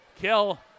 kill